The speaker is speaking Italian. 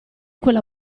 quella